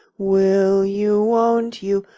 will you, won't you,